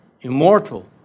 immortal